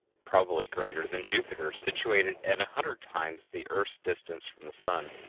probably greater than jupiter, situated at a hundred times the earth's distance from the sun,